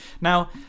now